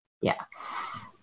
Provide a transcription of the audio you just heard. Yes